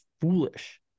foolish